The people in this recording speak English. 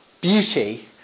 beauty